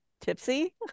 tipsy